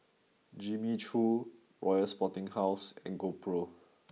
Jimmy Choo Royal Sporting House and GoPro